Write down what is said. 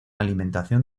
alimentación